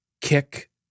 kick